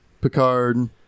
picard